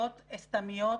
-- באמירות סתמיות,